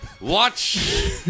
watch